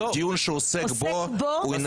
דיון שעוסק בו,